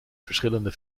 verschillende